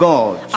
God